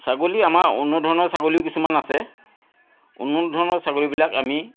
ছাগলী আমাৰ উন্নত ধৰণৰ ছাগলী কিছুমান আছে উন্নত ধৰণৰ ছাগলীবিলাক আমি